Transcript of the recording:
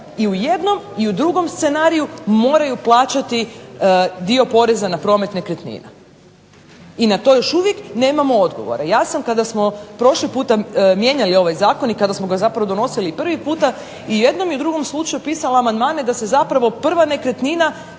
i u jednom i u drugom scenariju moraju plaćati dio poreza na promet nekretnina i na to još uvijek nemamo odgovore. Ja sam kada smo prošli puta mijenjali ovaj Zakon i kada smo ga donosili prvi puta i u jednom i drugom slučaju pisala amandmane da se zapravo prva nekretnina,